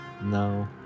No